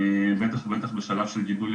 בטח ובטח בשלב של גידול ילדים,